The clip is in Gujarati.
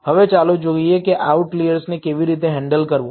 હવે ચાલો જોઈએ કે આ આઉટલિઅર્સને કેવી રીતે હેન્ડલ કરવું